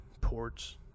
ports